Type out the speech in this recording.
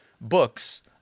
books